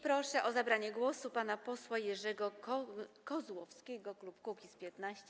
Proszę o zabranie głosu pana posła Jerzego Kozłowskiego, klub Kukiz’15.